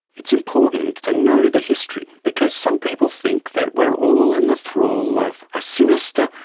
it's important to know the history, because some people think that we are all in the thrall of a sinister,